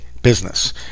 Business